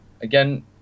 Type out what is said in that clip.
again